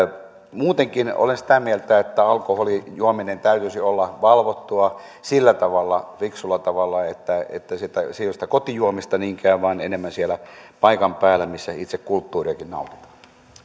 muutenkin olen sitä mieltä että alkoholin juomisen täytyisi olla valvottua sillä tavalla fiksusti että se ei ole sitä kotijuomista niinkään vaan enemmän siellä paikan päällä missä itse kulttuuriakin nautitaan